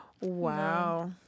Wow